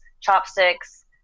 chopsticks